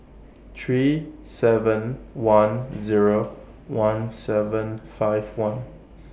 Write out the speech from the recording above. three seven one Zero one seven five one